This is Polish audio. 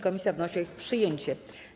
Komisja wnosi o ich przyjęcie.